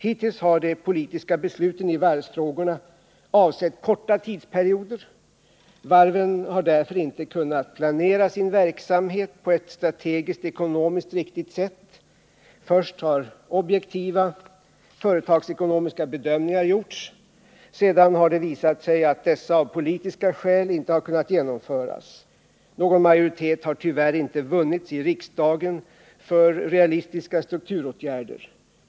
Hittills har de politiska besluten i varvsfrågorna avsett korta tidsperioder. Varven har därför inte kunnat planera sin verksamhet på ett strategiskt-ekonomiskt riktigt sätt. Först har objektiva, företagsekonomiska bedömningar gjorts, sedan har det visat sig att dessa av politiska skäl inte har kunnat genomföras. Någon majoritet har tyvärr inte vunnits i riksdagen för realistiska strukturåtgärder.